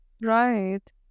Right